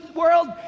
world